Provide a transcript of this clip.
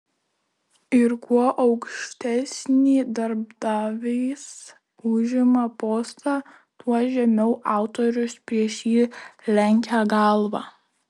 ir kuo aukštesnį darbdavys užima postą tuo žemiau autorius prieš jį lenkia galvą